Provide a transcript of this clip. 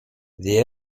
the